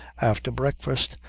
after breakfast,